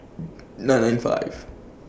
nine nine five